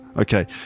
okay